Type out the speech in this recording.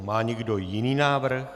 Má někdo jiný návrh?